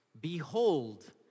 Behold